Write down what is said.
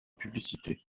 publicités